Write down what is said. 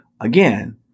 again